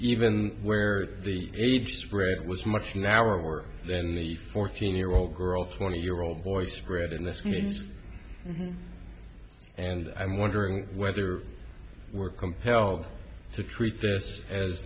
even where the age spread was much narrower than the fourteen year old girl twenty year old boy spreading this means and i'm wondering whether we're compelled to treat this as